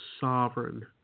sovereign